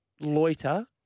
loiter